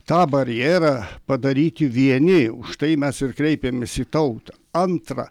tą barjerą padaryti vieni už tai mes ir kreipėmės į tautą antra